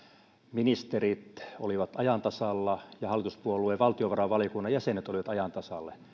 ministerit olivat ajan tasalla ja hallituspuolueiden valtiovarainvaliokunnan jäsenet olivat ajan tasalla